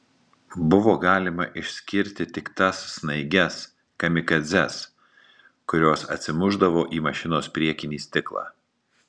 buvo galima išskirti tik tas snaiges kamikadzes kurios atsimušdavo į mašinos priekinį stiklą